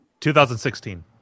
2016